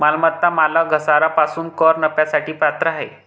मालमत्ता मालक घसारा पासून कर नफ्यासाठी पात्र आहे